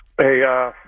Hey